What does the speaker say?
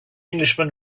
englishman